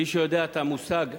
מי שיודע את המושג "נוהג"